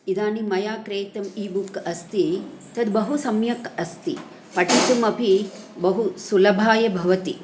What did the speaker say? इदानीं मया क्रेतुम् इबुक् अस्ति तद् बहु सम्यक् अस्ति पठितुम् अपि बहु सुलभाय भवति